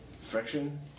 friction